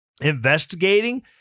investigating